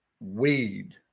weed